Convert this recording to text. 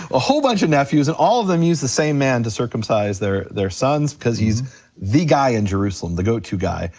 a whole bunch of nephews, and all of them use the same man to circumcise their their sons cause he's the guy in jerusalem, the go to guy.